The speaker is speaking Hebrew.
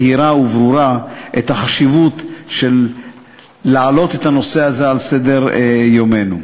נהירה וברורה את החשיבות בהעלאת הנושא הזה על סדר-יומנו.